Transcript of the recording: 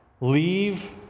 leave